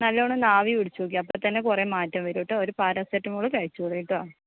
നല്ലോണമൊന്ന് ആവി പിടിച്ചോക്കി അപ്പോൾ തന്നെ കുറെ മാറ്റം വരും കേട്ടോ ഒരു പാരസെറ്റാമോളും കഴിച്ചോളിട്ടോ